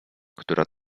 która